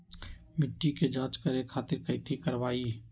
मिट्टी के जाँच करे खातिर कैथी करवाई?